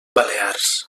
balears